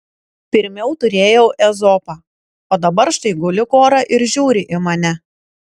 pirmiau turėjau ezopą o dabar štai guli kora ir žiūri į mane